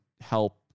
help